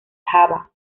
java